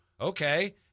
okay